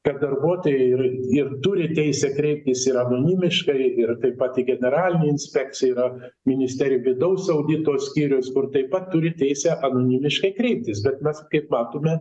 kad darbuotojai ir ir turi teisę kreiptis ir anonimiškai ir taip pat į generalinę inspekciją yra ministerijoj vidaus audito skyrius kur taip pat turi teisę anonimiškai kreiptis bet mes kaip matome